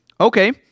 Okay